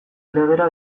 legera